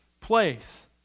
place